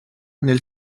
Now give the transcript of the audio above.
nel